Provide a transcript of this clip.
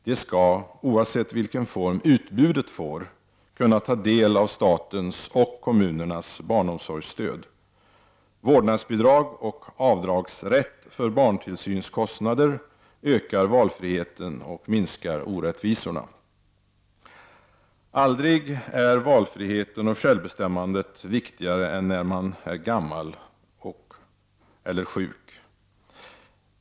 De skall — oavsett vilken form utbudet får — kunna ta del av statens och kommunernas barnomsorgsstöd. Vårdnadsbidrag och avdragsrätt för barntillsynskostnader ökar valfriheten och minskar orättvisorna. Aldrig är valfriheten och självbestämmandet viktigare än när man är gammal eller sjuk.